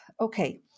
Okay